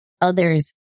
others